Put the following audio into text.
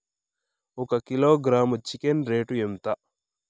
ఒక kilogram chicken rate ఎంత?